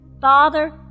Father